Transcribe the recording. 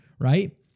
right